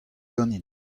ganin